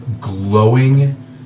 glowing